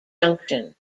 junction